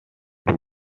two